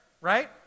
right